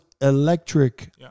electric